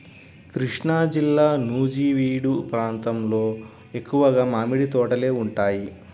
కృష్ణాజిల్లా నూజివీడు ప్రాంతంలో ఎక్కువగా మామిడి తోటలే ఉంటాయి